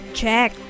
check